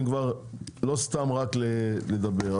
לא סתם רק לדבר,